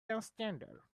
transgender